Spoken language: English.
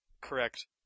Correct